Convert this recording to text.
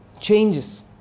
changes